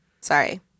Sorry